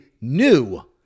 new